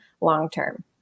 long-term